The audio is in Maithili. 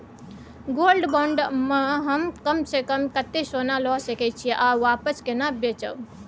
गोल्ड बॉण्ड म हम कम स कम कत्ते सोना ल सके छिए आ वापस केना बेचब?